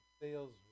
sales